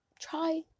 Try